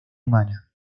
humana